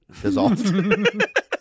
dissolved